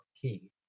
key